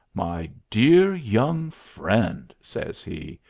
my dear young friend! says he,